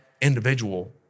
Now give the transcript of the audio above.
individual